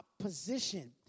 opposition